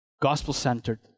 gospel-centered